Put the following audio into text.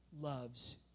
loves